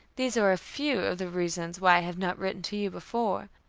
these are a few of the reasons why i have not written to you before,